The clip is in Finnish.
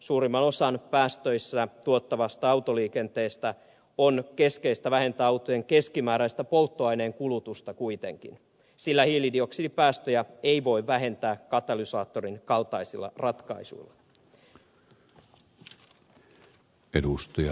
suurimman osan päästöistä tuottavassa autoliikenteessä on keskeistä vähentää autojen keskimääräistä polttoaineen kulutusta kuitenkin sillä hiilidioksidipäästöjä ei voi vähentää katalysaattorin kaltaisilla ratkaisuilla